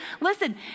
listen